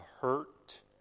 hurt